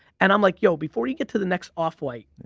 and i'm like yo, before you get to the next off-white,